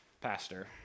pastor